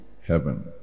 heaven